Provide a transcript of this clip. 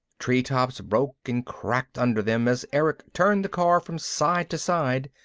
treetops broke and cracked under them as erick turned the car from side to side,